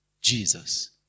Jesus